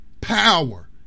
power